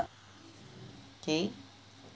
okay